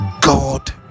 god